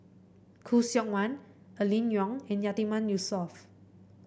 Khoo Seok Wan Aline Wong and Yatiman Yusof